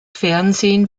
fernsehen